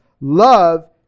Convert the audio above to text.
Love